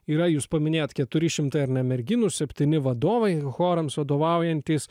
yra jūs paminėjot keturi šimtai ar ne merginų septyni vadovai chorams vadovaujantys